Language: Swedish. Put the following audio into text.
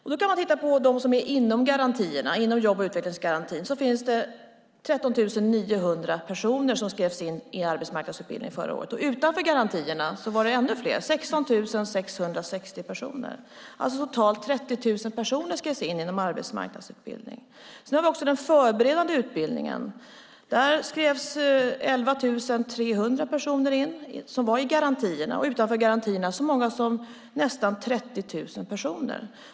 När man tittar på dem som är inom jobb och utvecklingsgarantin ser man att där finns 13 900 personer som skrevs in i arbetsmarknadsutbildning förra året. Utanför garantierna var det ännu fler - 16 660 personer. Totalt skrevs alltså 30 000 personer in i arbetsmarknadsutbildningen. När det gäller den förberedande utbildningen skrevs 11 300 personer in som var i garantierna. Utanför garantierna var det så många som nästan 30 000 personer.